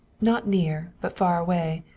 not near, but far away,